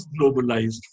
globalized